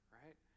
right